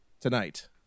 tonight